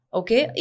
okay